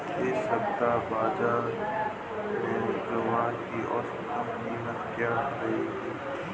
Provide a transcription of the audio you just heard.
इस सप्ताह बाज़ार में ज्वार की औसतन कीमत क्या रहेगी?